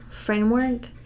framework